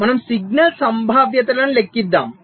మనము సిగ్నల్ సంభావ్యతలను లెక్కించాము